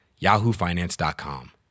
yahoofinance.com